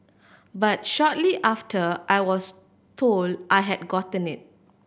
but shortly after I was told I had gotten it